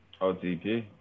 OTP